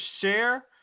share